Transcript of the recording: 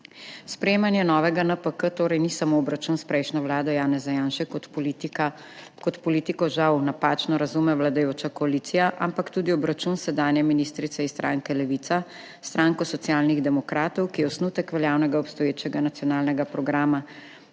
Sprejemanje novega NPK torej ni samo obračun s prejšnjo vlado Janeza Janše, kot politiko žal napačno razume vladajoča koalicija, ampak tudi obračun sedanje ministrice iz stranke Levica s stranko Socialnih demokratov, ki je osnutek veljavnega obstoječega nacionalnega programa